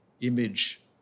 image